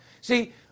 See